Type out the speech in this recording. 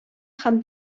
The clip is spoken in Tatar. һәм